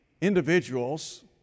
individuals